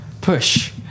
push